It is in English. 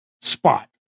spot